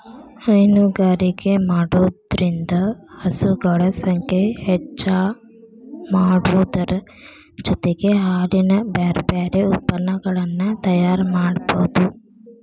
ಹೈನುಗಾರಿಕೆ ಮಾಡೋದ್ರಿಂದ ಹಸುಗಳ ಸಂಖ್ಯೆ ಹೆಚ್ಚಾಮಾಡೋದರ ಜೊತೆಗೆ ಹಾಲಿನ ಬ್ಯಾರಬ್ಯಾರೇ ಉತ್ಪನಗಳನ್ನ ತಯಾರ್ ಮಾಡ್ಬಹುದು